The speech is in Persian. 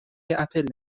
اپل